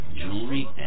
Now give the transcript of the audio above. jewelry